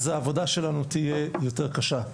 אז העבודה שלנו תהיה יותר קשה,